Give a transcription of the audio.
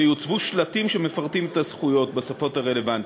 ויוצבו שלטים שמפרטים את הזכויות בשפות הרלוונטיות.